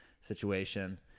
situation